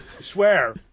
swear